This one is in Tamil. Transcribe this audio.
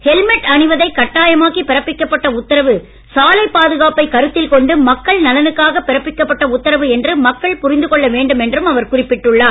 ஹெல்மெட் அணிவதை கட்டாயமாக்கி பிறப்பிக்கப்பட்ட உத்தரவு சாலை பாதுகாப்பை கருத்தில் கொண்டு மக்கள் நலனுக்காக பிறப்பிக்கப்பட்ட உத்தரவு என்று மக்கள் புரிந்து கொள்ள வேண்டும் என்று அவர் குறிப்பிட்டுள்ளார்